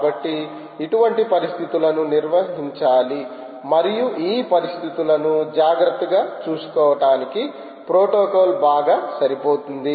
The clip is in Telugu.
కాబట్టి ఇటువంటి పరిస్థితులను నిర్వహించాలి మరియు ఈ పరిస్థితులను జాగ్రత్తగా చూసుకోవటానికి ప్రోటోకాల్ బాగా సరిపోతుంది